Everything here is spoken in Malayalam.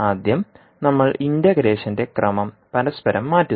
ആദ്യം നമ്മൾ ഇന്റഗ്രേഷന്റെ ക്രമം പരസ്പരം മാറ്റുന്നു